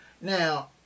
Now